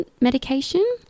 medication